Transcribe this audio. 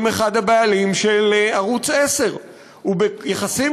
עם אחד הבעלים של ערוץ 10. הוא ביחסים